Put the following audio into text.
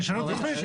שישנו את התוכנית.